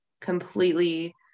completely